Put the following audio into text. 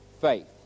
faith